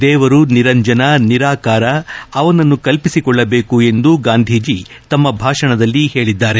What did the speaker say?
ದೇವರು ನಿರಂಜನ ನಿರಾಕಾರ ಅವನನ್ನು ಕಲ್ಪಿಸಿಕೊಳ್ಳಬೇಕು ಎಂದು ಗಾಂಧೀಜ ತಮ್ನ ಭಾಷಣದಲ್ಲಿ ಹೇಳಿದ್ದಾರೆ